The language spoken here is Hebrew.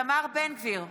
איתמר בן גביר,